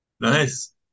nice